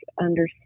understand